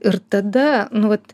ir tada nu vat